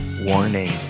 Warning